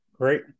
Great